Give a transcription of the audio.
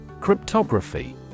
Cryptography